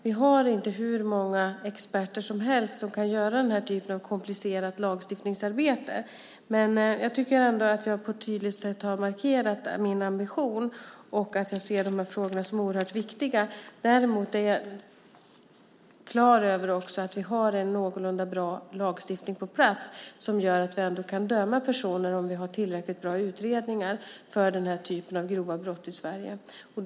Vi har inte hur många experter som helst för den här typen av komplicerat lagstiftningsarbete, men jag tycker ändå att jag på ett tydligt sätt har markerat min ambition och att jag ser de här frågorna som oerhört viktiga. Jag är däremot klar över att vi har en någorlunda bra lagstiftning på plats som gör att vi ändå kan döma personer om vi har tillräckligt bra utredningar för den här typen av grova brott i Sverige.